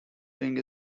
ring